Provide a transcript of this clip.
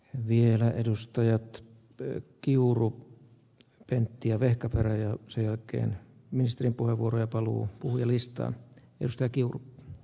vielä edustajat tee kiuru kenttiä vehkaperä ja sen jälkeen nesteen punavuoren paluu puhujalistan josta huoltovarmuuden